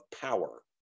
power